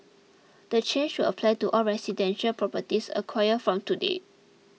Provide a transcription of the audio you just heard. the change will apply to all residential properties acquired from today